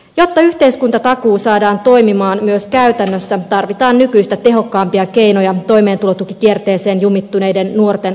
jotta yhteiskuntatakuu saadaan toimimaan myös käytännössä tarvitaan nykyistä tehokkaampia keinoja toimeentulotukikierteeseen jumittuneiden nuorten auttamiseksi